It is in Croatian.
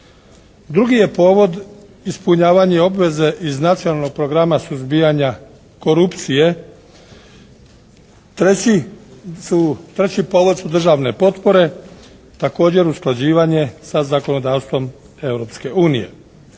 Drugi je povod ispunjavanje obaveze iz Nacionalnog programa suzbijanja korupcije. Treći povod su državne potpore, također usklađivanje sa zakonodavstvom